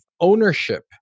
ownership